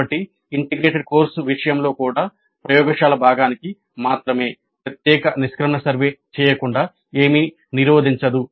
కాబట్టి integrated course విషయంలో కూడా ప్రయోగశాల భాగానికి మాత్రమే ప్రత్యేక నిష్క్రమణ సర్వే చేయకుండా ఏమీ నిరోధించదు